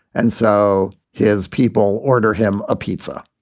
and so his people order him a pizza.